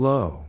Low